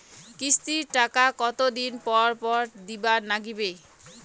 কিস্তির টাকা কতোদিন পর পর দিবার নাগিবে?